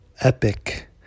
epic